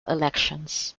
elections